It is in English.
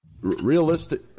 Realistic